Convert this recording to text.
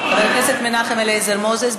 חבר הכנסת מנחם אליעזר מוזס,